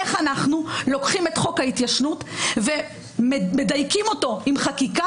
איך אנחנו לוקחים את חוק ההתיישנות ומדייקים אותו עם חקיקה,